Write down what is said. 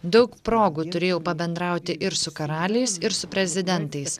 daug progų turėjau pabendrauti ir su karaliais ir su prezidentais